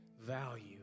value